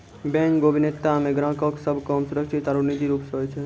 bank गोपनीयता मे ग्राहको के सभ काम सुरक्षित आरु निजी रूप से होय छै